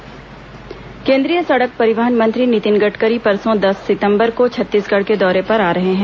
नितिन गडकरी दुर्ग केंद्रीय सड़क परिवहन मंत्री नितिन गडकरी परसों दस सितंबर को छत्तीसगढ़ के दौर पर आ रहे हैं